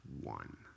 one